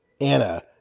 Anna